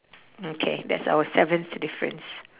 mm K that's our seventh difference